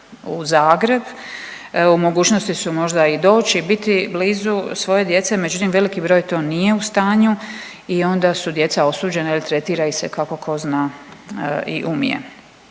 u Zagreb, u mogućnosti su možda i doći i biti blizu svoje djece, međutim veliki broj to nije u stanju i onda su djeca osuđena, tretira ih se kako ko zna i umije.